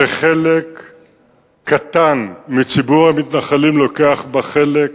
שחלק קטן מציבור המתנחלים לוקח בה חלק.